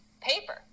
paper